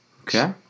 Okay